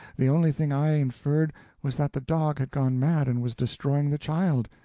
the only thing i inferred was that the dog had gone mad and was destroying the child,